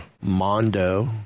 Mondo